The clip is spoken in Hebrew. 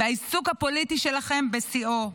והעיסוק הפוליטי שלכם בשיאו.